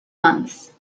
months